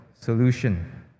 solution